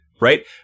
Right